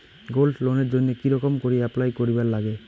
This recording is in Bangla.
গোল্ড লোনের জইন্যে কি রকম করি অ্যাপ্লাই করিবার লাগে?